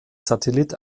satellit